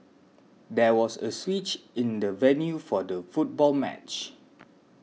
there was a switch in the venue for the football match